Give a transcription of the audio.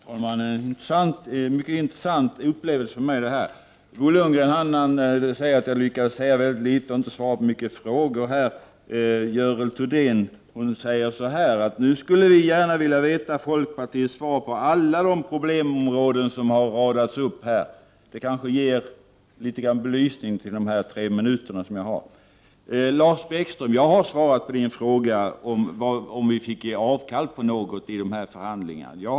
Fru talman! Det här är en mycket intressant upplevelse för mig. Bo Lundgren sade att jag lyckades säga väldigt litet och inte svarade på så många frågor. Görel Thurdin säger att hon gärna skulle vilja veta folkpartiets uppfattning om alla de problemområden som har radats upp här. Det kanske är en liten belysning av vad jag förväntas hinna på tre minuter. Jag har svarat på Lars Bäckströms fråga om huruvida vi fick ge avkall på något av våra krav i förhandlingarna eller inte.